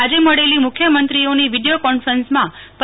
આજે મળેલી મૂખ્યમંત્રીઓનો વિડીયો કોન્ફરન્સમાં પ